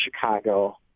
Chicago